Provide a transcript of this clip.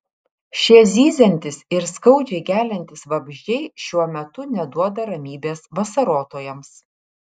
šie zyziantys ir skaudžiai geliantys vabzdžiai šiuo metu neduoda ramybės vasarotojams